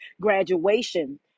graduation